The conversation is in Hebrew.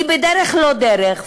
היא בדרך-לא-דרך,